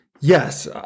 yes